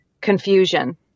confusion